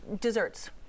desserts